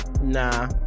nah